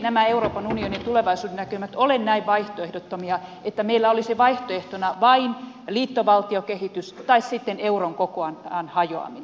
eivät euroopan unionin tulevaisuudennäkymät ole näin vaihtoehdottomia että meillä olisi vaihtoehtona vain liittovaltiokehitys tai sitten euron kokonaan hajoaminen